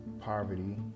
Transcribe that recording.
poverty